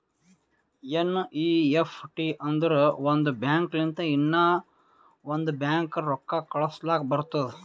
NEFT ಅಂದುರ್ ಒಂದ್ bank ಲಿಂತ ಇನ್ನಾ ಒಂದ್ ಬ್ಯಾಂಕ್ಗ ರೊಕ್ಕಾ ಕಳುಸ್ಲಾಕ್ ಬರ್ತುದ್